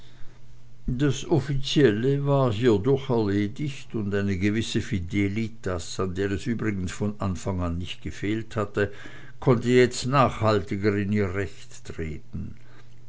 das offizielle war hierdurch erledigt und eine gewisse fidelitas an der es übrigens von anfang an nicht gefehlt hatte konnte jetzt nachhaltiger in ihr recht treten